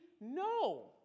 No